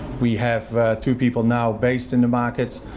we have two people now based in the markets.